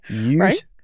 Right